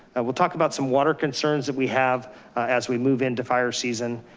and we'll talk about some water concerns that we have as we move into fire season.